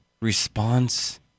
response